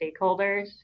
stakeholders